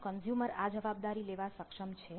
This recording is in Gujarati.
શું કન્ઝ્યુમર આ જવાબદારી લેવા સક્ષમ છે